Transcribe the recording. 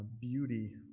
beauty